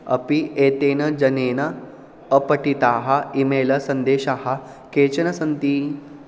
अपि एतेन जनेन अपठिताः ई मेल सन्देशाः केचन सन्ति